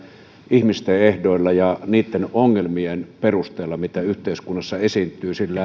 ihmisten ehdoilla ja niitten ongelmien perusteella mitä yhteiskunnassa esiintyy